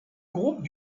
groupes